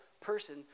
person